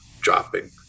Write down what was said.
dropping